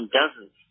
dozens